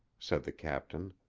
said the captain.